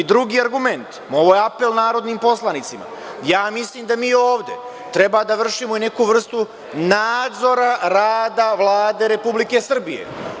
Drugi argument, ovo je apel narodnim poslanicima, mislim da mi ovde treba da vršimo i neku vrstu nadzora rada Vlade Republike Srbije.